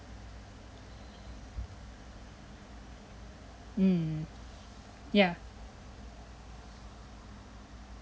lah mm yeah